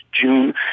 June